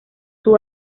sus